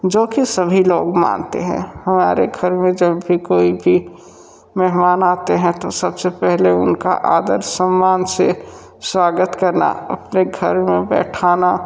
जो कि सभी लोग मानते हैं हमारे घर में जब भी कोई भी मेहमान आते हैं तो सबसे पहले उनका आदर ससम्मान से स्वागत करना अपने घर में बैठाना